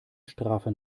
strafe